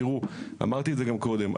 תראו, אמרתי את זה גם קודם.